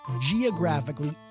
geographically